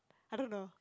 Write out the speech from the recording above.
I don't know